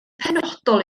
penodol